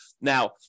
Now